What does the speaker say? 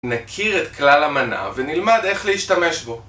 נכיר את כלל המנה ונלמד איך להשתמש בו